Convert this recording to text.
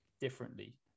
differently